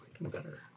better